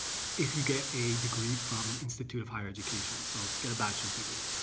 if you get a degree from an institute of higher education, so if you get a bachelor's degree,